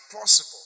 possible